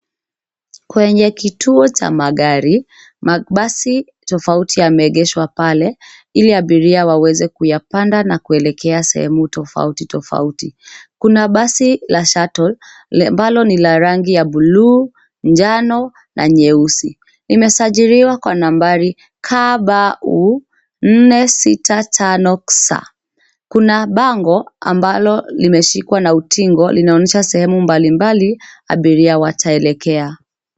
Kwenye kituo cha magari, mabasi tofauti yameegeshwa pale, ili abiria waweze kuyapanda na kuelekea sehemu tofauti tofauti. Kuna basi la shuttle ambalo ni la rangi ya buluu, njano na nyeusi. Limesajiriwa kwa nambari KBU465C.Kuna bango ambalo limeshikwa na utingo linaonyesha sehemu mbalimbali abiria wataelekea.